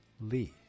Lee